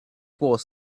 was